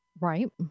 Right